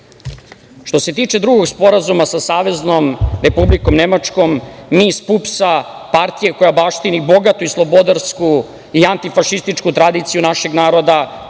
se tiče drugog sporazuma sa Saveznom Republikom Nemačkom, mi iz PUPS-a, partije koja baštini bogatu i slobodarsku i antifašističku tradiciju našeg naroda,